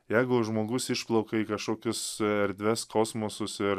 jeigu žmogus išplaukia į kažkokius erdves kosmosus ir